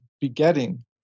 begetting